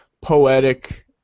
poetic